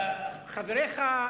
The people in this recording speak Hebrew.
חבריך,